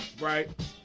right